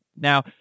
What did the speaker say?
Now